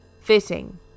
Fitting